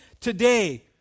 today